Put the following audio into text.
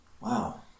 Wow